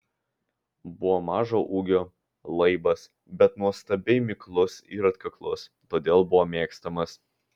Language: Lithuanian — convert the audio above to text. buvo mažo ūgio laibas bet nuostabiai miklus ir atkaklus todėl buvo mėgstamas